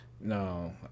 No